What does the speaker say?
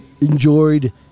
enjoyed